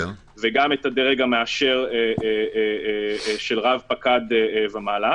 וגם את הדרג המאשר של רב פקד ומעלה,